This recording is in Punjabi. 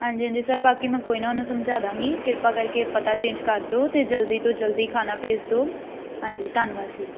ਹਾਂਜੀ ਹਾਂਜੀ ਸਰ ਬਾਕੀ ਮੈਂ ਕੋਈ ਨਾ ਉਹਨੂੰ ਸਮਝਾ ਦਾਂਗੀ ਕਿਰਪਾ ਕਰਕੇ ਪਤਾ ਚੇਂਜ ਕਰ ਦਿਉ ਅਤੇ ਜਲਦੀ ਤੋਂ ਜਲਦੀ ਖਾਣਾ ਭੇਜ ਦਿਉ ਹਾਂਜੀ ਧੰਨਵਾਦ ਜੀ